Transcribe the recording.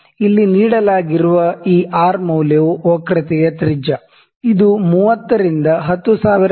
ಇಲ್ಲಿ ನೀಡಲಾಗಿರುವ ಈ ಆರ್ ಮೌಲ್ಯವು ವಕ್ರತೆಯ ತ್ರಿಜ್ಯ ಇದು 30 ರಿಂದ 10000 ಮಿ